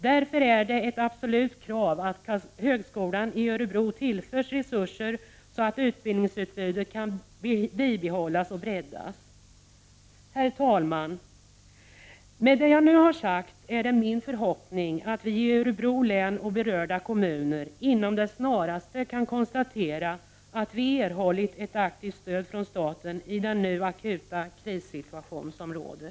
Därför är det ett absolut krav att högskolan i Örebro tillförs resurser så att utbildningsutbudet kan bibehållas och breddas. Det är min förhoppning att vi i Örebro län och berörda kommuner inom det snaraste kan konstatera att vi erhållit ett aktivt stöd från staten i den akuta krissituation som nu råder.